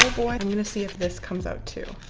boy i'm gonna see if this comes out too